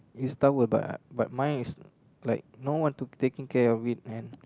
is towel but I but mine is like no one to taking care of it and